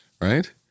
right